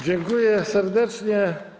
Dziękuję serdecznie.